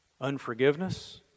Unforgiveness